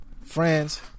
Friends